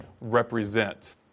represent